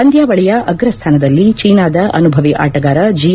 ಪಂದ್ಯಾವಳಿಯ ಅಗ್ರ ಸ್ವಾನದಲ್ಲಿ ಚೀನಾದ ಅನುಭವಿ ಆಟಗಾರ ಜಿ